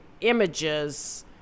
images